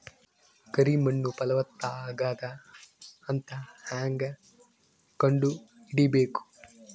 ಕರಿ ಮಣ್ಣು ಫಲವತ್ತಾಗದ ಅಂತ ಹೇಂಗ ಕಂಡುಹಿಡಿಬೇಕು?